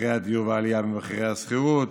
מחירי הדיור והעלייה במחירי השכירות,